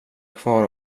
kvar